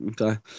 okay